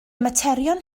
materion